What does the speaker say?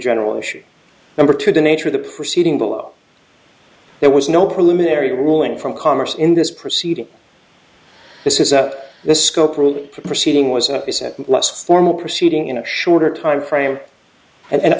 general issue number two the nature of the proceeding below there was no preliminary ruling from commerce in this proceeding this is a this scope really proceeding was a less formal proceeding in a shorter timeframe and